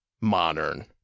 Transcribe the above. modern